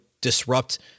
disrupt